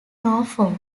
norfolk